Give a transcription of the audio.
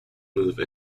move